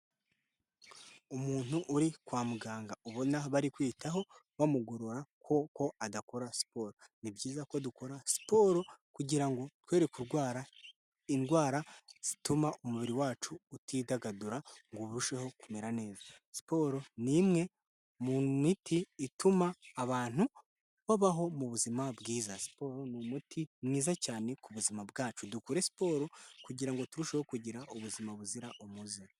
Umuntu uri kwa muganga, ubona bari kwitaho, bamugorora kuko adakora siporo, ni byiza ko dukora siporo, kugira ngo twere kurwara indwara zituma umubiri wacu utidagadura, ngo urusheho kumera neza, siporo ni imwe mu miti ituma abantu babaho mu buzima bwiza, siporo ni umuti mwiza cyane ku buzima bwacu, dukore siporo kugira ngo turusheho kugira ubuzima buzira umuze.